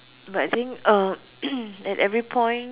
but I think uh at every point